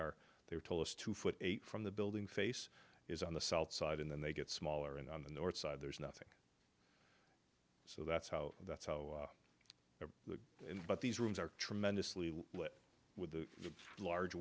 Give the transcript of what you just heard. are there told us two foot eight from the building face is on the south side and then they get smaller and on the north side there's nothing so that's how that's how the but these rooms are tremendously with the large